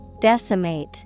Decimate